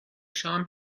شام